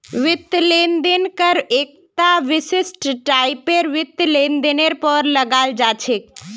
वित्तीय लेन देन कर एकता विशिष्ट टाइपेर वित्तीय लेनदेनेर पर लगाल जा छेक